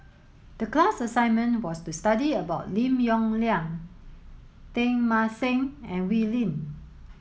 the class assignment was to study about Lim Yong Liang Teng Mah Seng and Wee Lin